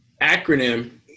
acronym